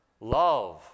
Love